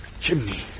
Chimney